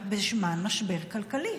את בזמן משבר כלכלי,